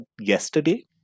yesterday